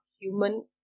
human